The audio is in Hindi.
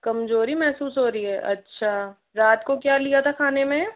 कमजोरी महसूस हो रही है अच्छा रात को क्या लिया था खाने में